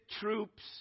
troops